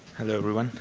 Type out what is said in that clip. hello everyone.